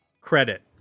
credit